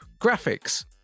graphics